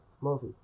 movie